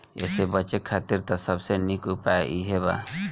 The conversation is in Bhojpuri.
एसे बचे खातिर त सबसे निक उपाय इहे बा